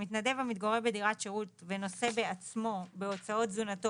מתנדב המתגורר בדירת שירות ונושא בעצמו בהוצאות תזונתו